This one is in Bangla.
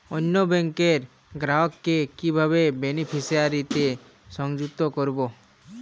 অন্য ব্যাংক র গ্রাহক কে কিভাবে বেনিফিসিয়ারি তে সংযুক্ত করবো?